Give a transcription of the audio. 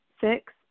Six